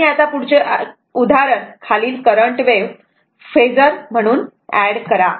आणि पुढचे आता उदाहरण खालील करंट वेव्ह फेजर म्हणून एड करा